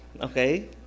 okay